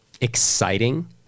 exciting